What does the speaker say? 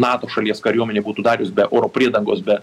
nato šalies kariuomenė būtų darius be oro priedangos be